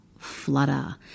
flutter